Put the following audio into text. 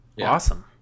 Awesome